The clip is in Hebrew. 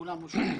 כולם אושרו.